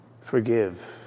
Forgive